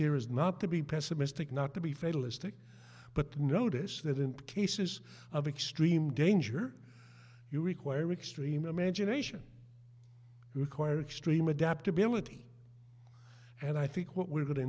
here is not to be pessimistic not to be fatalistic but notice that in cases of extreme danger you require extreme imagination require extreme adaptability and i think what we're going to